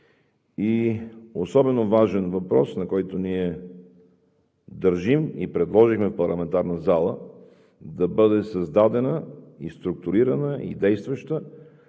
И особено важен въпрос, на който ние държим – предложихме в парламентарната зала да бъде създадена, структурирана и действаща